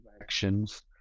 actions